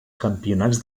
campionats